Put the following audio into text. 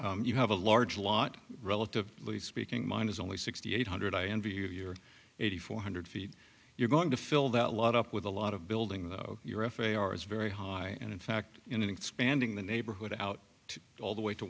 that you have a large lot relatively speaking mine is only sixty eight hundred i envy you your eighty four hundred feet you're going to fill that lot up with a lot of building your f a r is very high and in fact in expanding the neighborhood out all the way to